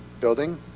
building